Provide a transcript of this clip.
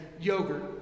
yogurt